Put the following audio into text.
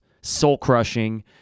soul-crushing